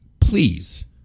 please